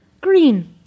Green